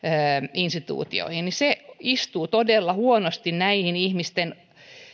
instituutioihin niin se istuu todella huonosti näiden ihmisten